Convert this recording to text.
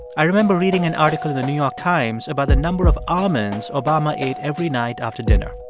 i remember reading an article in the new york times about the number of almonds obama ate every night after dinner.